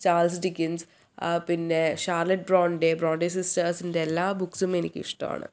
Charles Dickens പിന്നെ Charlotte Bronte Bronte സിസ്റ്റേഴ്സിന്റെ എല്ലാ ബുക്സും എനിക്ക് ഇഷ്ടമാണ്